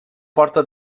porta